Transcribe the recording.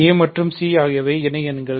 a மற்றும் c ஆகியவை இணைஎண்கள்